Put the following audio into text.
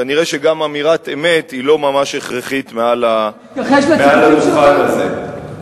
כנראה גם אמירת אמת היא לא ממש הכרחית מעל הדוכן הזה.